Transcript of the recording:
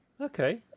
Okay